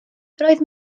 roedd